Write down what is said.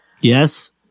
Yes